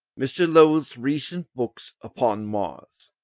mr, lowell's recent books upon mars.